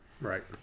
Right